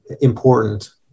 important